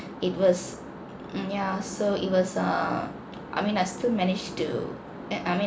it was mm yeah so it was err I mean I still managed to uh I mean